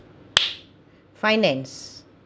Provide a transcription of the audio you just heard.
finance